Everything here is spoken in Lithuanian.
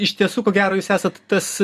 iš tiesų ko gero jūs esat tas